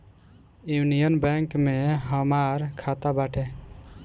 union bank में हमार खाता बाटे